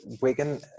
Wigan